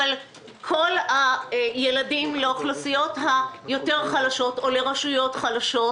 אבל כל הילדים לאוכלוסיות חלשות או ברשויות חלשות,